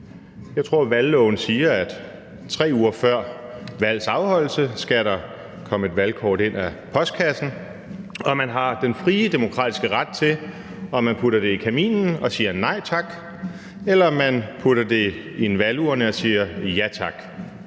Jeg tror, at valgloven siger, at 3 uger før valgs afholdelse skal der komme et valgkort ind ad brevkassen, og man har den frie demokratiske ret til at putte det i kaminen og sige nej tak eller til at putte det i en valgurne og sige ja tak.